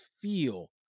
feel